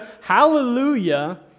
Hallelujah